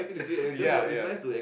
ya ya